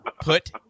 Put